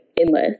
endless